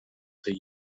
tej